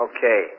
Okay